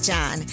John